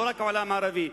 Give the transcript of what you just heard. לא רק העולם הערבי,